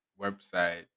website